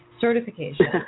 Certification